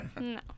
No